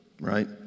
right